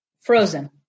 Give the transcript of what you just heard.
frozen